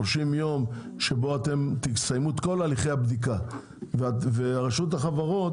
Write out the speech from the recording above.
שלושים יום שבו אתם תסיימו את כל הליכי הבדיקה ורשות החברות